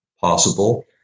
possible